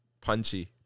punchy